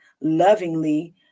lovingly